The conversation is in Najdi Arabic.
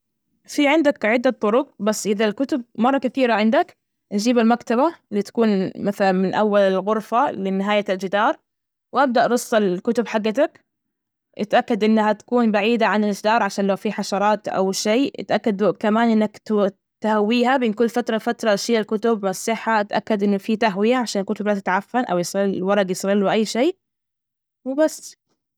في عندك عدة طرج، بس إذا الكتب مرة كثيرة عندك نجيب المكتبة اللي تكون مثلا من أول الغرفة لنهاية الجدار، وأبدأ رص الكتب، حجتك أتأكد إنها تكون بعيدة عن الجدار، عشان لو في حشرات أول شي، أتأكد كمان إنك تو- تهويها بين كل فترة لفترة شيل الكتب والصحة أتأكد إنه فيه تهوية عشان الكتب لا تتعفن أو يصير الورق يصير له أي شي، وبس.